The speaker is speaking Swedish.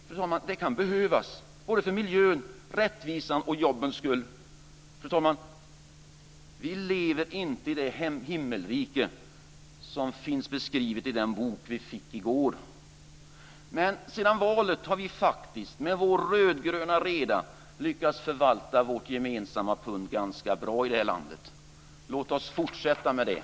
Det kan behövas för miljön, rättvisan och jobben. Fru talman! Vi lever inte i det himmelrike som finns beskrivet i den bok vi fick i går. Men sedan valet har vi med vår rödgröna reda lyckats förvalta vårt gemensamma pund ganska bra i det här landet. Låt oss fortsätta med det.